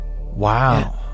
wow